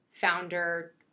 founder